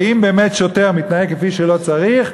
ואם באמת שוטר מתנהג שלא כפי שצריך,